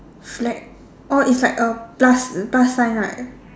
flag oh is like a plus plus sign right